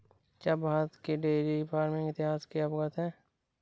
क्या आप भारत के डेयरी फार्मिंग इतिहास से अवगत हैं?